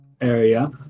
area